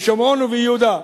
בשומרון וביהודה,